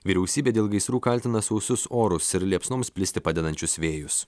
vyriausybė dėl gaisrų kaltina sausus orus ir liepsnoms plisti padedančius vėjus